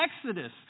exodus